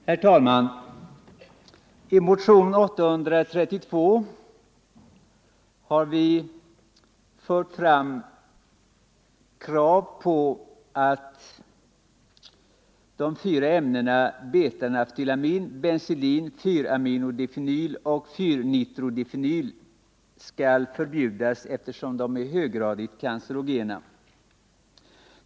Herr talman! I motion 832 har vi fört fram krav på att de fyra ämnena beta-naftylamin, benzidin, 4-aminodifenyl och 4-nitrodifenyl skall förbjudas eftersom de är höggradigt cancerogena.